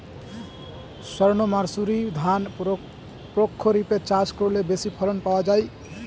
সর্ণমাসুরি ধান প্রক্ষরিপে চাষ করলে বেশি ফলন পাওয়া যায়?